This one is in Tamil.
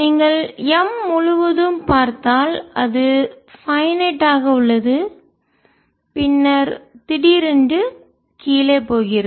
நீங்கள் M முழுவதும் பார்த்தால் அது பைநெட் வரையறுக்கப்பட்டுள்ளது ஆக உள்ளது பின்னர் திடீரென்று கீழே போகிறது